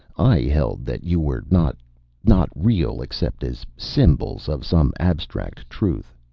i held that you were not not real except as symbols of some abstract truth.